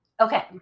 Okay